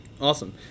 Awesome